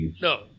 no